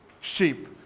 sheep